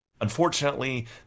unfortunately